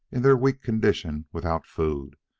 in their weak condition, without food,